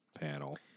panel